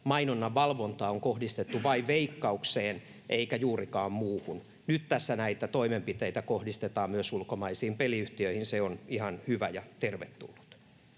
mainonnan valvonta on kohdistettu vain Veikkaukseen eikä juurikaan muuhun. Nyt tässä näitä toimenpiteitä kohdistetaan myös ulkomaisiin peliyhtiöihin — se on ihan hyvä ja tervetullut